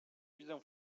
widzę